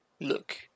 look